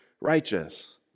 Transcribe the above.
righteous